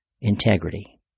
integrity